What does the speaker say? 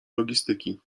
logistyki